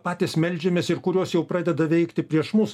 patys meldžiamės ir kurios jau pradeda veikti prieš mus